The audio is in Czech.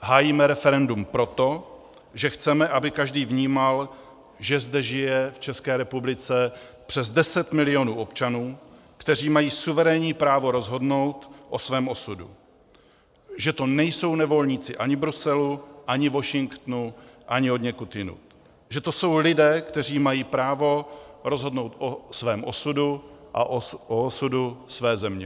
Hájíme referendum proto, že chceme, aby každý vnímal, že zde žije v České republice přes 10 milionů občanů, kteří mají suverénní právo rozhodnout o svém osudu, že to nejsou nevolníci ani Bruselu, ani Washingtonu, ani odněkud jinud, že to jsou lidé, kteří mají právo rozhodnout o svém osudu a o osudu své země.